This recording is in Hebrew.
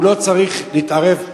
הוא לא צריך להתערב,